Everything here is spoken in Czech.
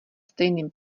stejným